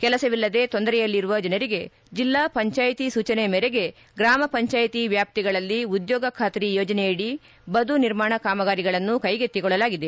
ಕೆಲಸವಿಲ್ಲದೆ ತೊಂದರೆಯಲ್ಲಿರುವ ಜನರಿಗೆ ಜಿಲ್ಲಾ ಪಂಚಾಯಿತಿ ಸೂಚನೆಯ ಮೇರೆಗೆ ಗ್ರಾಮ ಪಂಜಾಯಿತಿ ವ್ಯಾಪ್ತಿಗಳಲ್ಲಿ ಉದ್ಯೋಗ ಖಾತ್ರಿ ಯೋಜನೆಯಡಿ ಬದು ನಿರ್ಮಾಣ ಕಾಮಗಾರಿಗಳನ್ನು ಕೈಗೆತ್ತಿಕೊಳ್ಳಲಾಗಿದೆ